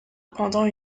pendant